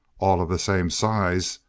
all of the same size,